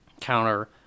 counter